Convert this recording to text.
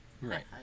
right